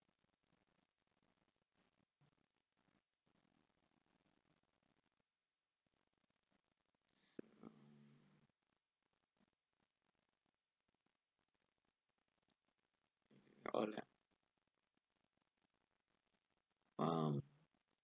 no lah um